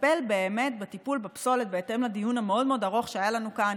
לטפל באמת בטיפול בפסולת בהתאם לדיון המאוד-מאוד ארוך שהיה לנו כאן,